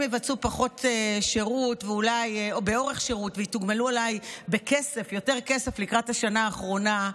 יבצעו פחות באורך השירות ויתוגמלו ביותר כסף לקראת השנה האחרונה,